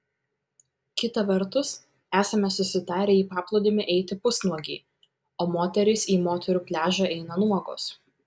kita vertus esame susitarę į paplūdimį eiti pusnuogiai o moterys į moterų pliažą eina nuogos